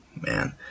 man